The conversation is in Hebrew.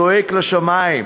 זועק לשמים.